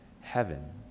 heaven